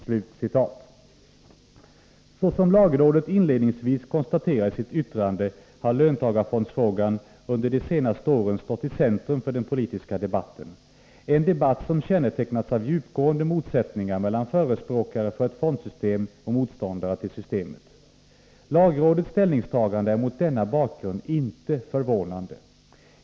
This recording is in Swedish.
Såsom lagrådet inledningsvis konstaterar i sitt yttrande har löntagarfondsfrågan under de senaste åren stått i centrum för den politiska debatten, en debatt som har kännetecknats av djupgående motsättningar mellan förespråkare för ett fondsystem och motståndare till systemet. Lagrådets ställningstagande är mot denna bakgrund inte förvånande.